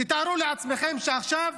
תארו לעצמכם שעכשיו